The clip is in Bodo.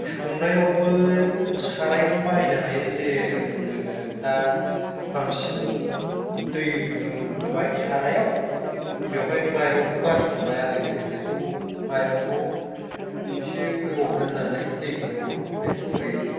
संनायावबो सारायखौनो बाहायनो हायो जेरखम जोङो दा बांसिन दै गुदुं होबाय सारायाव बेयावहाय माइरंखौ गारसनबाय आरो बे बेखौ माइरंखौ इसे गोबाव दोननानै दै गुदुङाव बेखौ ओरै